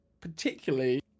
particularly